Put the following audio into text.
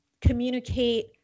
communicate